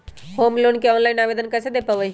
Home loan के online आवेदन कैसे दें पवई?